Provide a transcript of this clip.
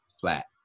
flat